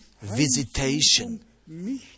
visitation